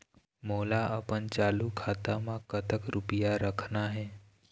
मोला अपन चालू खाता म कतक रूपया रखना हे?